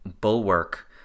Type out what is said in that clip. bulwark